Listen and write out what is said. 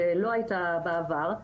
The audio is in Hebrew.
שלא היתה בעבר,